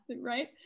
right